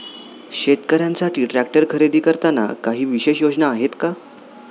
शेतकऱ्यांसाठी ट्रॅक्टर खरेदी करताना काही विशेष योजना आहेत का?